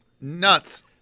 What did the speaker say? Nuts